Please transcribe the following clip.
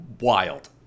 Wild